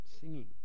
singing